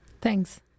Thanks